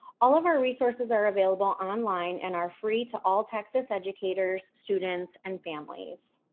all of our resources are available online and are free to all texas educators, students, and families.